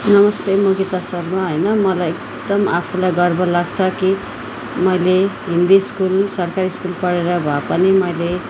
नमस्ते म गीता शर्मा होइन मलाई एकदम आफूलाई गर्व लाग्छ कि मैले हिन्दी स्कुल सरकारी स्कुल पढेर भए पनि मैले